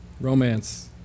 Romance